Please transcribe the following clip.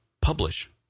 publish